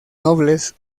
nobles